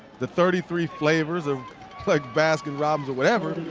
the thirty three flavors of like baskin robbins or whatever.